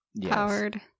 powered